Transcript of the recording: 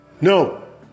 No